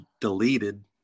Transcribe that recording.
deleted